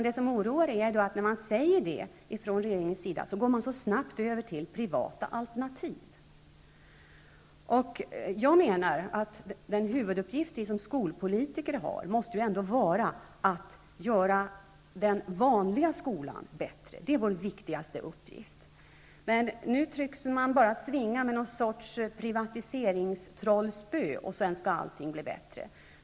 Det som oroar är att regeringen när man har sagt det snabbt går över till att tala om privata alternativ. Den huvuduppgift som vi har som skolpolitiker måste ju ändå vara att göra den vanliga skolan bättre. Det är vår viktigaste uppgift. Men nu tycks man tro att bara man svingar med något slags privatiseringstrollspö så skall allting bli bättre.